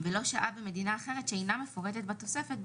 ולא שהה במדינה אחרת שאינה מפורטת בתוספת,